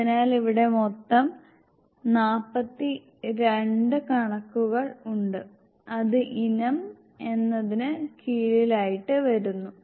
അതിനാൽ ഇവിടെ മൊത്തം 42 കണക്കുകൾ ഉണ്ട് അത് ഇനം എന്നതിന് കീഴിലായിട്ട് വരുന്നു